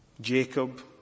Jacob